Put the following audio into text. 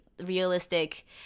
realistic